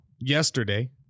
yesterday